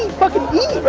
fucking eat.